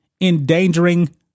endangering